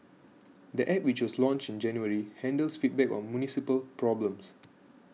the App which was launched in January handles feedback on municipal problems